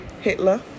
Hitler